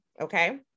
okay